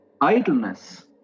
idleness